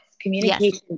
communication